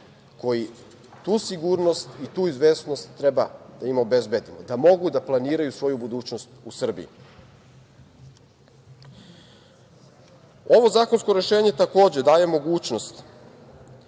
koji tu sigurnost i tu izvesnost treba da im obezbedimo, da mogu da planiraju svoju budućnost u Srbiji. Ovo zakonsko rešenje daje mogućnost